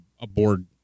aboard